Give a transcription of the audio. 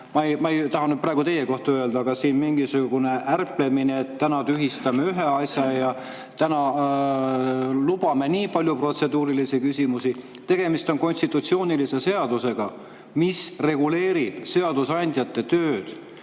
ma ei taha seda praegu teie kohta öelda – ärplemine, et täna tühistame ühe asja ja täna lubame nii palju protseduurilisi küsimusi. Tegemist on konstitutsioonilise seadusega, mis reguleerib seadusandja tööd,